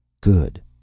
Good